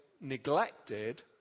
neglected